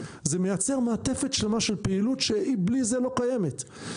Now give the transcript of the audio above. זה מייצר מעטפת שלמה של פעילות שבלי זה היא לא קיימת.